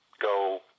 go